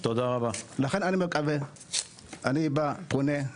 לכן אני מקווה, אני בא, פונה,